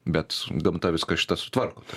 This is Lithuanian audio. bet gamta viską šitą sutvarko tai